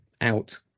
out